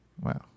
Wow